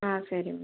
ஆ சரிம்மா